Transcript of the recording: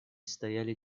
стояли